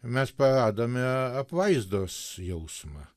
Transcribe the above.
mes praradome apvaizdos jausmą